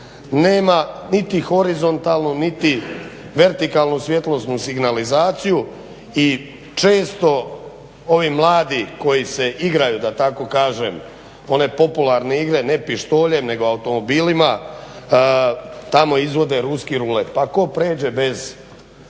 nema niti horizontalnu niti vertikalnu svjetlosnu signalizaciju i često ovi mladi koji se igraju, da tako kažem, one popularne igre ne pištoljem nago automobilima, tamo izvode ruski rulet pa tko pređe bez